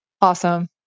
Awesome